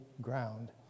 ground